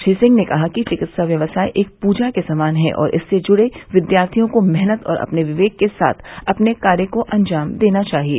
श्री सिंह ने कहा कि विकित्सा व्यवसाय एक पूजा के समान है और इससे जुड़े विद्यार्थियों को मेहनत और अपने विवेक के साथ अपने कार्य को अंजाम देना चाहिए